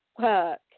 work